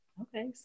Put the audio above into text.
okay